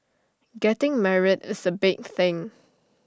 getting married is A big thing